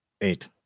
eight